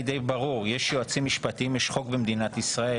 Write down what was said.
יותר מזה, מה שניסינו לומר,